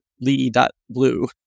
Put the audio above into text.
Lee.blue